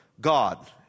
God